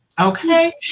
Okay